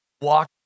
walk